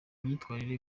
myitwarire